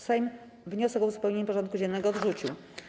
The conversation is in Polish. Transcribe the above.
Sejm wniosek o uzupełnienie porządku dziennego odrzucił.